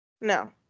No